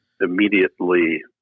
immediately